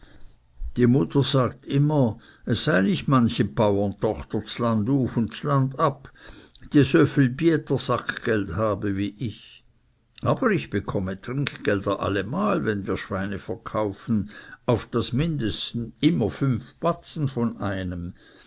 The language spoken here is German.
die mutter sagt immer es sei nicht manche baurentochter ds land auf und ds land ab die sövli bietersackgeld habe wie ich aber ich bekomme trinkgelder alle mal wenn wir schweine verkaufen auf das mindest immer fünf batzen von einem